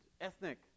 ethnic